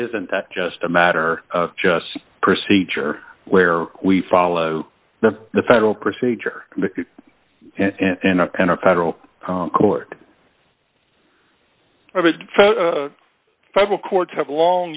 isn't that just a matter of just procedure where we follow the federal procedure in a kind of federal court federal courts have long